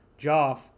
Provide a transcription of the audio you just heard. Joff